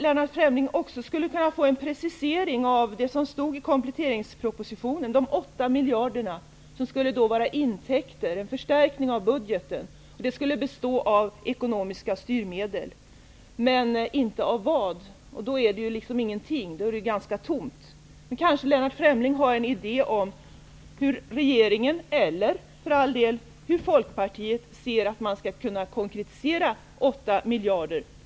Lennart Fremling kanske skulle kunna ge mig en precisering av de 8 miljader som fanns med i kompletteringspropositionen. De skulle vara intäkter -- en förstärkning av budgeten. De skulle bestå av ekonomiska styrmedel, men det framgår inte av vilka. Då är det ju ingenting. Då är det ganska tomt. Kanske har Lennart Fremling en idé om hur regeringen eller, för all del, Folkpartiet skall kunna konkretisera 8 miljarder.